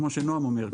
כמו שנעם אומר,